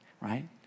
Right